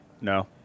no